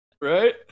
right